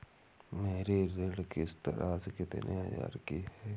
मेरी ऋण किश्त राशि कितनी हजार की है?